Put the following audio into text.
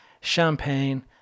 champagne